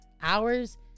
hours